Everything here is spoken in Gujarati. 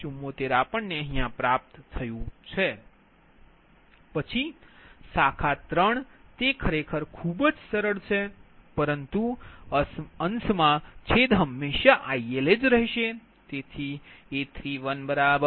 પછી શાખા 3 તે ખરેખર સરળ છે પરંતુ અંશમાં છેદ હંમેશા IL છે